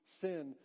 sin